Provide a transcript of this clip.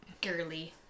girly